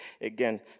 again